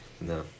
No